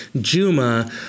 Juma